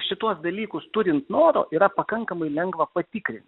šituos dalykus turint noro yra pakankamai lengva patikrint